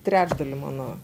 trečdalį mano